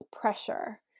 pressure